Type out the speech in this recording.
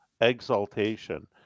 exaltation